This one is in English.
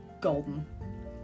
golden